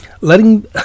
letting